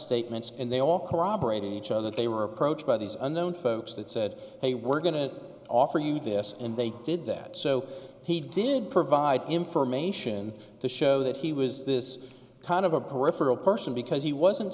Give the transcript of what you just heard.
statements and they all corroborating each other they were approached by these unknown folks that said hey we're going to offer you this and they did that so he did provide information to show that he was this kind of a peripheral person because he wasn't